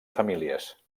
famílies